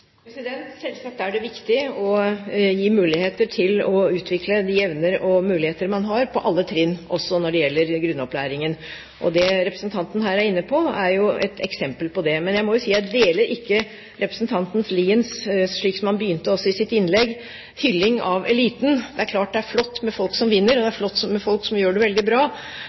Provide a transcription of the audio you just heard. Selvsagt er det viktig å gi elevene muligheter til å utvikle de evner de har, på alle trinn, også når det gjelder grunnopplæringen. Det representanten her er inne på, er jo et eksempel på det. Men jeg må si at jeg deler ikke representanten Liens – slik han også begynte sitt innlegg – hylling av eliten. Det er klart det er flott med folk som vinner, og det er flott med folk som gjør det veldig bra,